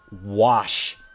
wash